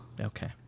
Okay